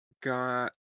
got